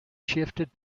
shifted